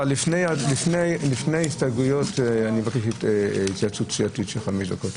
אבל לפני ההסתייגויות אני מבקש התייעצות סיעתית של חמש דקות.